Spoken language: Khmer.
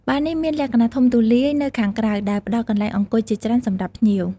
បារនេះមាន លក្ខណៈធំទូលាយនៅខាងក្រៅ ដែលផ្ដល់កន្លែងអង្គុយជាច្រើនសម្រាប់ភ្ញៀវ។